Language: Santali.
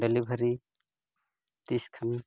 ᱰᱮᱞᱤᱵᱷᱟᱨᱤ ᱛᱤᱥ ᱠᱷᱚᱱ